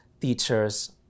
teachers